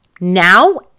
now